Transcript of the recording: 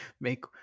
make